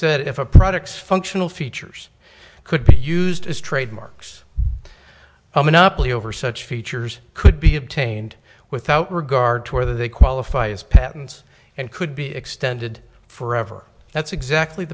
said if a product's functional features could be used as trademarks a monopoly over such features could be obtained without regard to whether they qualify as patents and could be extended for ever that's exactly